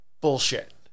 bullshit